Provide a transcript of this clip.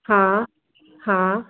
हा हा